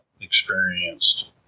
experienced